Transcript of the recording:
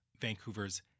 Vancouver's